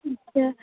اچھا